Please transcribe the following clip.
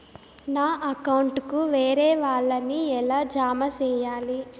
నా అకౌంట్ కు వేరే వాళ్ళ ని ఎలా జామ సేయాలి?